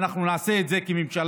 ואנחנו נעשה את זה כממשלה.